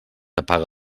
apaga